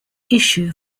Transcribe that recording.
issue